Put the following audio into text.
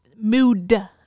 Mood